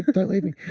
don't leave me.